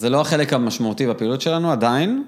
זה לא החלק המשמעותי בפעולות שלנו עדיין?